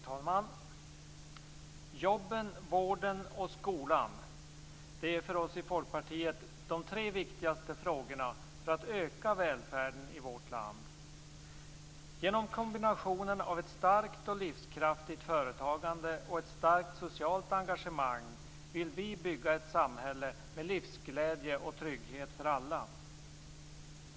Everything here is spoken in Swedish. Herr talman! Jobben, vården och skolan är för oss i Folkpartiet de tre frågorna av störst betydelse för att öka välfärden i vårt land. Genom kombinationen av ett starkt och livskraftigt företagande och ett starkt socialt engagemang vill vi bygga ett samhälle med livsglädje och trygghet för alla.